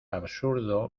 absurdo